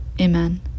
Amen